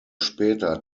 später